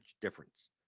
difference